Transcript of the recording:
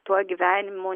tuo gyvenimu